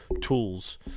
tools